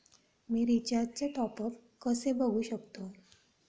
मी रिचार्जचे टॉपअप कसे बघू शकतो?